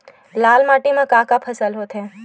लाल माटी म का का फसल होथे?